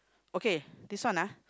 okay this one ah